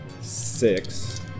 six